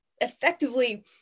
effectively